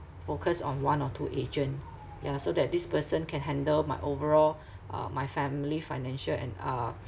focus on one or two agent ya so that this person can handle my overall uh my family financial and uh